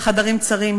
החדרים צרים.